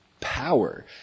power